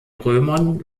römern